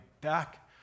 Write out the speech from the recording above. back